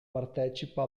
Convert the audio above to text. partecipa